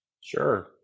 Sure